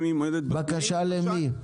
בקשה למי?